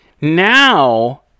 now